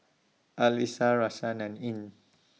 Alyssa Raisya and Ain